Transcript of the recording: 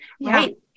Right